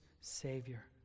Savior